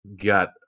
got